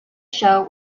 show